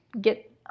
get